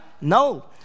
No